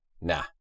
Nah